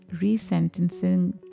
resentencing